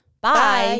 Bye